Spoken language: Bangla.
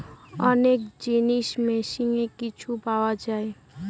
অনেক জিনিস মিশিয়ে কিছু পাওয়া যায়